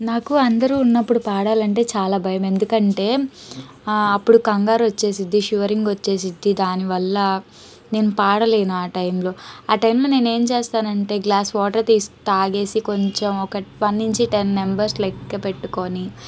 నాకు అందరూ ఉన్నప్పుడు పాడాలంటే చాలా భయం ఎందుకంటే అప్పుడు కంగారు వచ్చేస్తుంది షివరింగ్ వచ్చేస్తుంది దానివల్ల నేను పాడలేను ఆ టైంలో ఆ టైంలో నేనేం చేస్తానంటే గ్లాస్ వాటర్ తీస్ తాగేసి కొంచెం ఒకటి వన్ నుంచి టెన్ నెంబర్స్ లెక్కపెట్టుకొని